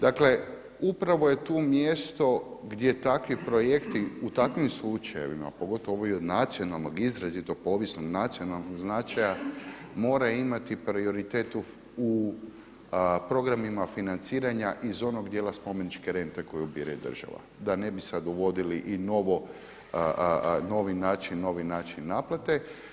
Dakle, upravo je tu mjesto gdje takvi projekti u takvim slučajevima, pogotovo ovo i od nacionalnog izrazito povijesnog nacionalnog značaja mora imati prioritet u programima financiranja iz onog dijela spomeničke rente koju ubire država da ne bi sad uvodili i novi način naplate.